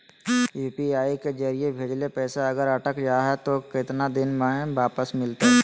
UPI के जरिए भजेल पैसा अगर अटक जा है तो कितना दिन में वापस मिलते?